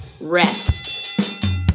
rest